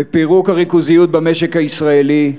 בפירוק הריכוזיות במשק הישראלי,